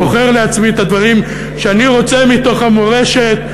בוחר לעצמי את הדברים שאני רוצה מתוך המורשת.